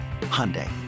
Hyundai